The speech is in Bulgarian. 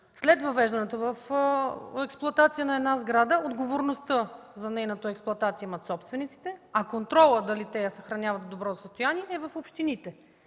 след въвеждането в експлоатация на една сграда отговорността за нейната експлоатация имат собствениците, а контролът – дали я съхраняват в добро състояние, е в общините?